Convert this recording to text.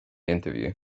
interview